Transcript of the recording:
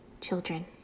children